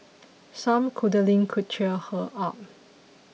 some cuddling could cheer her up